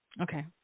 Okay